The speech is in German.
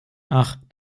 ach